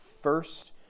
first